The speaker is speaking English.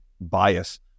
bias